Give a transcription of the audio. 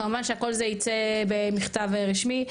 כמובן שכל זה יצא במכתב רשמי,